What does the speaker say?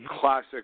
classic